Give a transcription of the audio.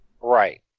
Right